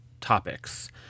topics